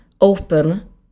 open